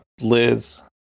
liz